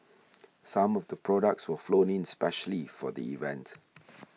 some of the products were flown in specially for the event